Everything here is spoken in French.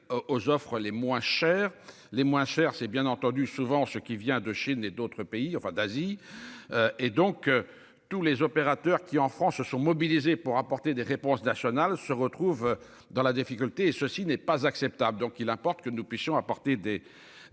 aux offres les moins chers, les moins cher, c'est bien entendu souvent ce qui vient de Chine et d'autres pays enfin d'Asie. Et donc, tous les opérateurs qui en France se sont mobilisées pour apporter des réponses nationales se retrouvent dans la difficulté et ceci n'est pas acceptable donc il importe que nous puissions apporter des des réponses